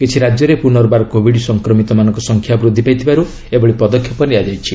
କିଛି ରାଜ୍ୟରେ ପୁନର୍ବାର କୋବିଡ ସଂକ୍ରମିତମାନଙ୍କ ସଂଖ୍ୟା ବୃଦ୍ଧି ପାଇଥିବାରୁ ଏଭଳି ପଦକ୍ଷେପ ନିଆଯାଇଛି